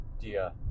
dear